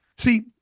See